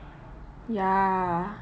ya